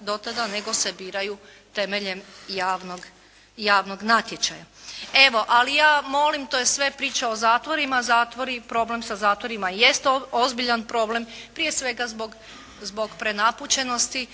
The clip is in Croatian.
do tada nego se biraju temeljem javnog natječaja. Evo, ali ja molim, to je sve priča o zatvorima. Problem sa zatvorima jest ozbiljan problem prije svega zbog prenapučenosti.